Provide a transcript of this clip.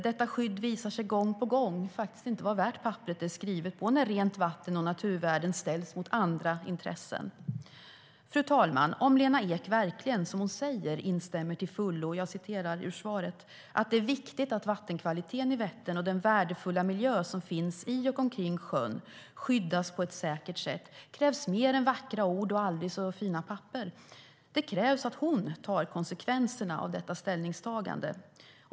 Detta skydd visar sig gång på gång faktiskt inte vara värt papperet det är skrivet på, när rent vatten och naturvärden ställs mot andra intressen. Fru talman! Lena Ek säger - jag citerar ur interpellationssvaret: "Jag instämmer till fullo i att det är viktigt att vattenkvaliteten i Vättern och den värdefulla miljö som finns i och omkring sjön skyddas på ett säkert sätt." Om hon verkligen gör det krävs mer än vackra ord och aldrig så fina papper. Det krävs att hon tar konsekvenserna av detta ställningstagande.